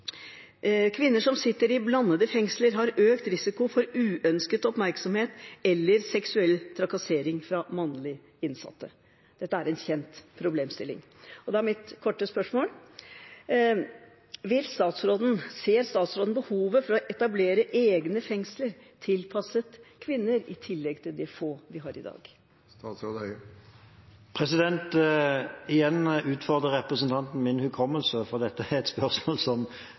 Kvinner som sitter i blandede fengsler, har økt risiko for uønsket oppmerksomhet eller seksuell trakassering fra mannlige innsatte. Dette er en kjent problemstilling. Da er mitt korte spørsmål: Ser statsråden behovet for å etablere egne fengsler tilpasset kvinner i tillegg til de få vi har i dag? Igjen utfordrer representanten min hukommelse, for dette er et spørsmål